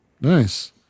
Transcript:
Nice